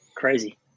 Crazy